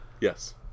Yes